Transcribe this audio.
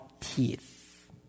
teeth